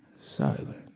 silent